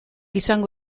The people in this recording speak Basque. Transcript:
izango